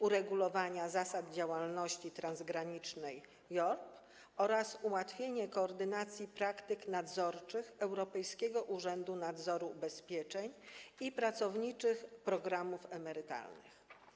Uregulowanie zasad działalności transgranicznej IORP oraz ułatwienie koordynacji praktyk nadzorczych Europejskiego Urzędu Nadzoru Ubezpieczeń i Pracowniczych Programów Emerytalnych.